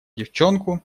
девчонку